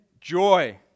joy